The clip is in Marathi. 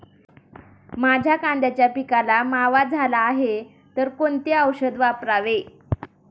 माझ्या कांद्याच्या पिकाला मावा झाला आहे तर कोणते औषध वापरावे?